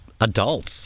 adults